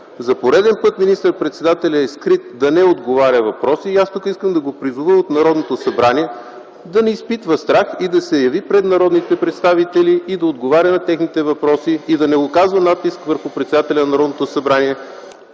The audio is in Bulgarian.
За пореден път министър-председателят е скрит да не отговаря на въпроси и аз искам да го призова от Народното събрание да не изпитва страх и да се яви пред народните представители, за да отговаря на техните въпроси, и да не оказва натиск върху председателя на Народното събрание...